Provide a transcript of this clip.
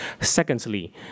Secondly